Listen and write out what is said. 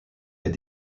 est